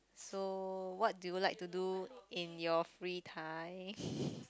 so what do you like to do in your free time